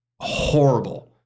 Horrible